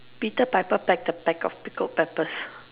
Peter piper picked a peck of pickled peppers